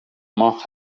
ماه